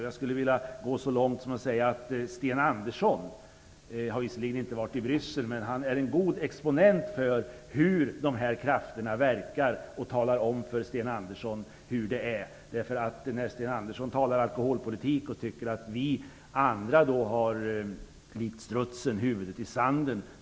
Jag skulle vilja säga att Sten Andersson, som visserligen inte varit i Bryssel, är en god exponent för hur dessa krafter verkar. Sten Andersson talar om alkoholpolitik och tycker att vi likt strutsen har huvudet i sanden.